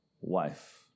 wife